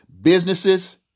businesses